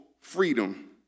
freedom